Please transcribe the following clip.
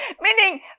Meaning